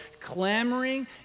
clamoring